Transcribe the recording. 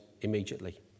immediately